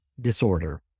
disorder